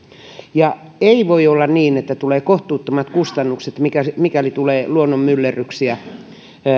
ei voi olla niin että tulee kohtuuttomat kustannukset mikäli tulee luonnonmyllerryksiä